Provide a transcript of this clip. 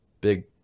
big